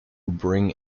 bring